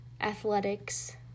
athletics